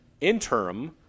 interim